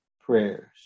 prayers